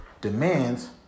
demands